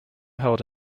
held